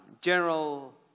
general